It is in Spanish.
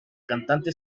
cantante